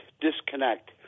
disconnect